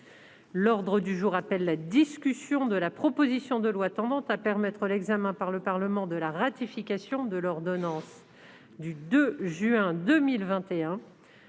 L'ordre du jour appelle la discussion de la proposition de loi tendant à permettre l'examen par le Parlement de la ratification de l'ordonnance n° 2021-702